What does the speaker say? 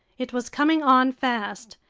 it was coming on fast.